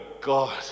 God